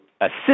assist